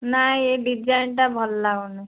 ନାହିଁ ଏଇ ଡିଜାଇନ୍ଟା ଭଲ ଲାଗୁନି